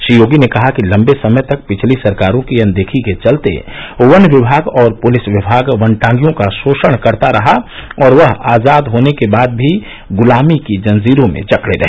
श्री योगी ने कहा कि लंबे समय तक पिछली सरकारों की अनदेखी के चलते वन विभाग और पुलिस विमाग वनटांगियों का शोषण करता रहा और वह आजाद होने के बाद भी गुलामी की जंजीरों में भी जकडे रहे